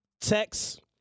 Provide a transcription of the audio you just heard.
Text